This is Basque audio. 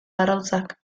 arrautzak